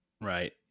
Right